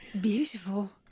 beautiful